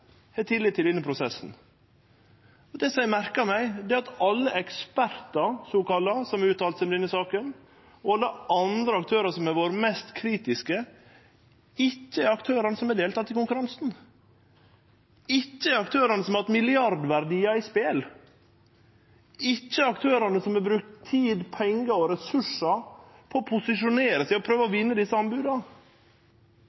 har tillit til denne prosessen. Det eg merkar meg, er at alle sokalla ekspertar som har uttalt seg om denne saka, og alle andre aktørar som har vore mest kritiske, ikkje er aktørane som har delteke i konkurransen, ikkje er aktørane som har hatt milliardverdiar i spel, ikkje er aktørane som har brukt tid, pengar og ressursar på å posisjonere seg og prøve å